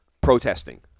protesting